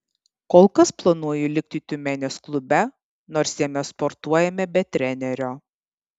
kol kas planuoju likti tiumenės klube nors jame sportuojame be trenerio